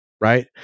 right